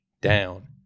down